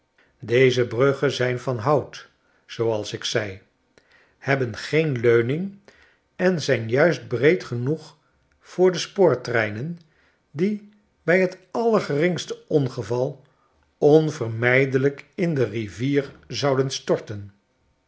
deze bruggen zijn van hout zooals ik zei hebben geen leuning en zijn juist breed genoeg voor de spoortreinen die bij t allergeringste ongeval onvermijdelijk in de rivier zouden storten